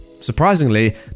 Surprisingly